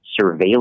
surveillance